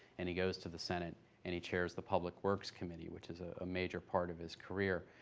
and he goes to the senate and he chairs the public works committee, which is a major part of his career.